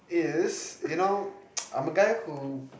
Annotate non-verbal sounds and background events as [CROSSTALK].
is you know [NOISE] I'm a guy who